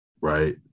right